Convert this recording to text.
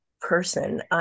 person